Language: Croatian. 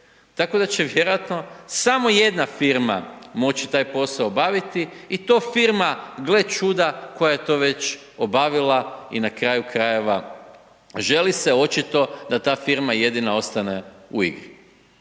Tako da će vjerojatno samo jedna firma može taj posao obaviti i to firma, gle čuda, koja je to već obavila i na kraju krajeva, želi se očito da ta firma ostaje u igri.